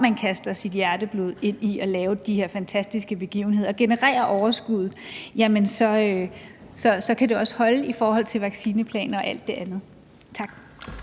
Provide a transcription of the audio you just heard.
man kaster sit hjerteblod ind i at lave de her fantastiske begivenheder og genererer overskuddet, kan det også holde i forhold til vaccineplaner og alt det andet. Tak.